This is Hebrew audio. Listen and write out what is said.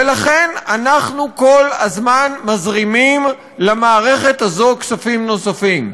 ולכן אנחנו כל הזמן מזרימים למערכת הזאת כספים נוספים.